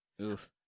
Oof